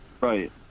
Right